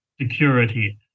security